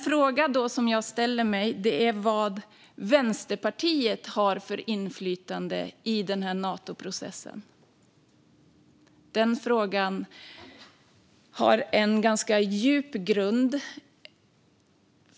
Vad har Vänsterpartiet för inflytande i Natoprocessen? Denna fråga har en ganska djup grund.